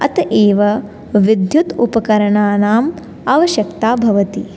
अतः एव विद्युत् उपकरणानाम् आवश्यकता भवति